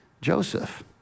Joseph